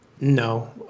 No